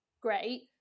great